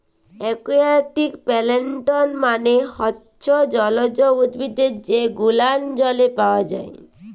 aquatic plants মালে হচ্যে জলজ উদ্ভিদ যে গুলান জলে পাওয়া যায়